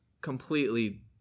completely